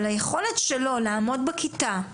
אבל היכולת שלו לעמוד בכיתה,